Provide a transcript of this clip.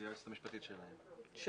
היא היועצת המשפטית שלהם.